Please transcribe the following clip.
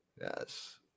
Yes